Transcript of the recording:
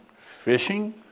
fishing